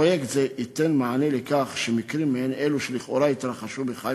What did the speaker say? תיתן מענה לכך ומקרים מעין אלו שלכאורה התרחשו בחיפה,